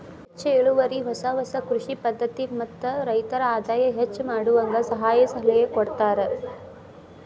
ಹೆಚ್ಚು ಇಳುವರಿ ಹೊಸ ಹೊಸ ಕೃಷಿ ಪದ್ಧತಿ ಮತ್ತ ರೈತರ ಆದಾಯ ಹೆಚ್ಚ ಮಾಡುವಂಗ ಸಹಾಯ ಸಲಹೆ ಕೊಡತಾರ